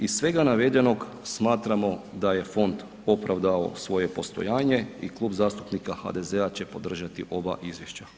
Iz svega navedenog smatramo da je fond opravdao svoje postojanje i Klub zastupnika HDZ-a će podržati ova izvješća.